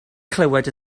clywed